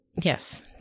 yes